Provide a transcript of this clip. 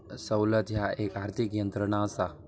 सवलत ह्या एक आर्थिक यंत्रणा असा